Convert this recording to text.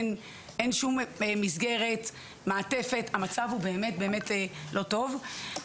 אין שום מסגרת, מעטפת, המצב באמת לא טוב.